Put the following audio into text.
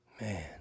Man